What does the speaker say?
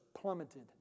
plummeted